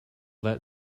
that